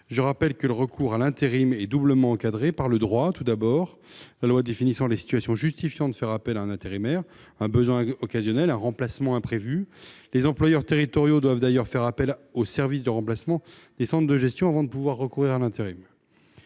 Je rappelle que le recours à l'intérim est doublement encadré. Par le droit, tout d'abord, la loi définissant les situations justifiant de faire appel à un intérimaire- besoin occasionnel, remplacement imprévu, etc. Les employeurs territoriaux doivent d'ailleurs faire appel aux services de remplacement des centres de gestion, avant de pouvoir recourir à l'intérim.